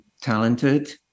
talented